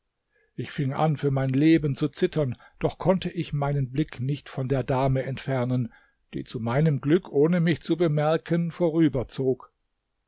ich fing an für mein leben zu zittern doch konnte ich meinen blick nicht von der dame entfernen die zu meinem glück ohne mich zu bemerken